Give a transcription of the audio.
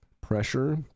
pressure